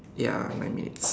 ya nine minutes